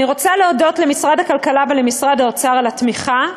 אני רוצה להודות למשרד הכלכלה ולמשרד האוצר על התמיכה,